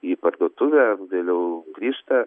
į parduotuvę vėliau grįžta